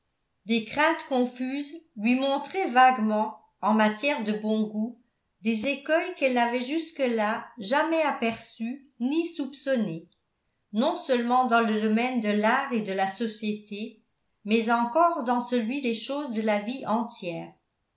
des craintes confuses lui montraient vaguement en matière de bon goût des écueils qu'elle n'avait jusque-là jamais aperçus ni soupçonnés non seulement dans le domaine de l'art et de la société mais encore dans celui des choses de la vie entière